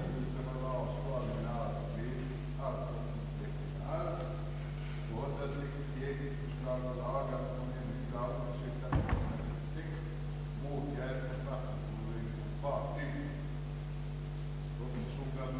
Beträffande andra ärenden förfar man nog inte så ofta på detta sätt. Om ärendet är av brådskande natur skall